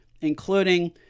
including